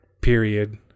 period